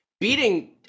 beating